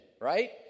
Right